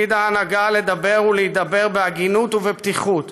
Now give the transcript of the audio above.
תפקיד ההנהגה לדבר ולהידבר בהגינות ובפתיחות